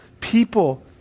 people